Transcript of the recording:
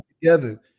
together